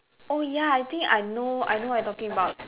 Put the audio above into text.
oh ya I think I know I know what you are talking about